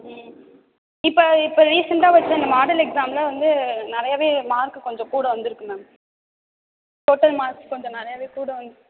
ம் இப்போ இப்போ ரீசண்டாக ஒருத்தங்க மாடல் எக்ஸாமில் வந்து நிறையாவே மார்க்கு கொஞ்சம் கூட வந்திருக்கு மேம் டோட்டல் மார்க்ஸ் கொஞ்சம் நிறையவே கூட வந்து